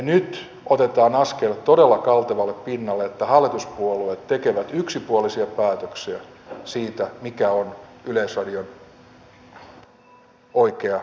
nyt otetaan askel todella kaltevalle pinnalle että hallituspuolueet tekevät yksipuolisia päätöksiä siitä mikä on yleisradion oikea rahoitustaso